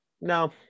no